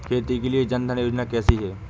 खेती के लिए जन धन योजना कैसी है?